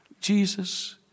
Jesus